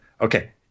Okay